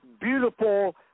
beautiful